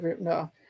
no